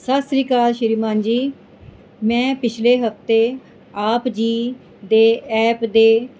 ਸਤਿ ਸ਼੍ਰੀ ਅਕਾਲ ਸ਼੍ਰੀਮਾਨ ਜੀ ਮੈਂ ਪਿਛਲੇ ਹਫਤੇ ਆਪ ਜੀ ਦੇ ਐਪ ਦੇ